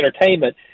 entertainment